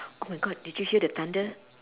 oh my god did you hear the thunder